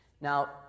Now